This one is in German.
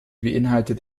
beinhaltet